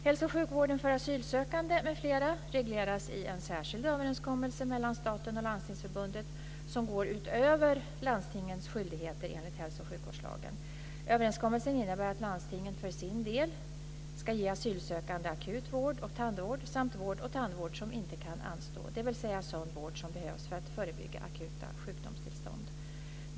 Hälso och sjukvården för asylsökande m.fl. regleras i en särskild överenskommelse mellan staten och Landstingsförbundet som går utöver landstingens skyldigheter enligt hälso och sjukvårdslagen. Överenskommelsen innebär att landstingen för sin del ska ge asylsökande akut vård och tandvård samt vård och tandvård som inte kan anstå, dvs. sådan vård som behövs för att förebygga akuta sjukdomstillstånd.